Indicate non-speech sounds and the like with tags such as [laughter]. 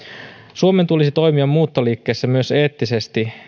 suomen tulisi toimia muuttoliikkeessä myös eettisesti [unintelligible]